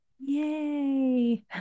Yay